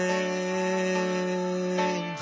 Rain